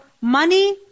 money